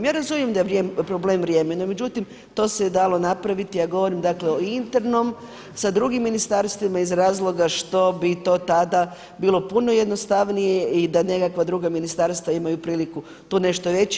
Ja razumijem da je problem vrijeme, no međutim to se je dalo napraviti, dakle ja govorim o internom sa drugim ministarstvima iz razloga što bi to tada bilo puno jednostavnije i da nekakva druga ministarstva imaju priliku tu nešto reći.